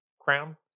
crown